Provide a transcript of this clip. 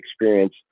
experience